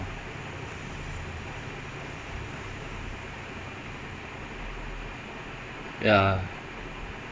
no women's football is around like lesser than like it's around like around millions lah so not in billions it's around like and then fifteen million அவ்ளோ தான்:avlo dhaan